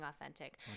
authentic